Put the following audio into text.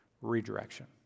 redirection